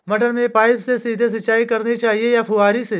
मटर में पाइप से सीधे सिंचाई करनी चाहिए या फुहरी से?